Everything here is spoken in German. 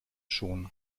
schon